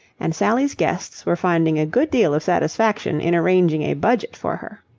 and sally's guests were finding a good deal of satisfaction in arranging a budget for her.